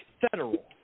federal